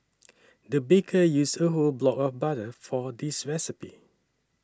the baker used a whole block of butter for this recipe